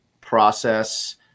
process